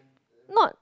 not